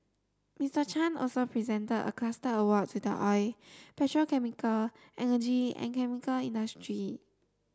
Mister Chan also presented a cluster award to the oil petrochemical energy and chemical industry